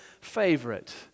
favorite